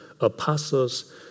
apostles